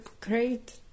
great